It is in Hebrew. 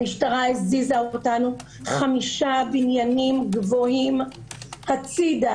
המשטרה הזיזה אותנו חמישה בניינים גבוהים הצידה,